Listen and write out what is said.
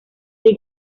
the